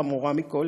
החמורה מכול,